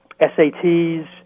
SATs